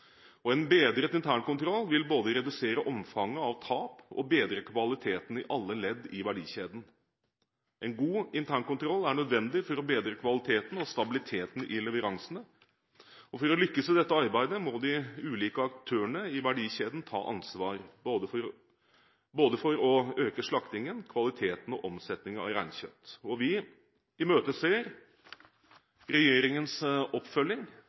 En bedret internkontroll vil både redusere omfanget av tap og bedre kvaliteten i alle ledd i verdikjeden. En god internkontroll er nødvendig for å bedre kvaliteten og stabiliteten i leveransene, og for å lykkes i dette arbeidet må de ulike aktørene i verdikjeden ta ansvar, både for å øke slaktingen, kvaliteten og omsetningen av reinkjøtt. Vi imøteser regjeringens oppfølging